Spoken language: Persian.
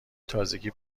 تازگی